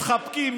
מתחבקים,